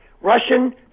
Russian